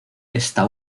esta